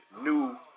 new